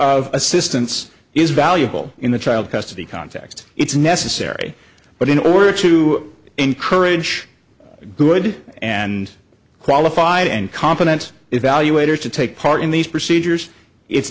of assistance is valuable in the child custody context it's necessary but in order to encourage good and qualified and competent evaluator to take part in these procedures i